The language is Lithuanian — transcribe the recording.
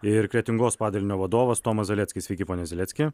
ir kretingos padalinio vadovas tomas zeleckis sveiki pone zelecki